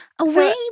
away